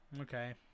Okay